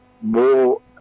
more